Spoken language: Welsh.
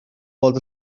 weld